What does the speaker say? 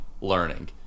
learning